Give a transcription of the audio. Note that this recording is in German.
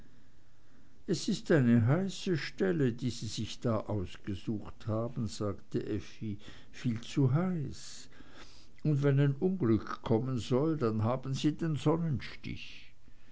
es ist eine heiße stelle die sie sich da ausgesucht haben sagte effi viel zu heiß und wenn ein unglück kommen soll dann haben sie den sonnenstich